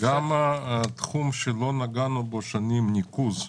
גם התחום שלא נגענו בו שנים ניקוז.